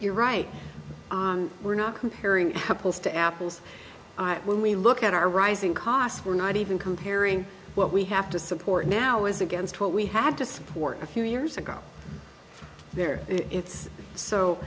you're right we're not comparing apples to apples when we look at our rising costs we're not even comparing what we have to support now as against what we had to support a few years ago there it's so